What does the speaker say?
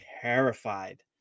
terrified